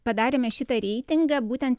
padarėme šitą reitingą būtent